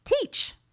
teach